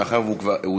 מאחר שהוא "דייאלנה",